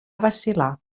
vacil·lar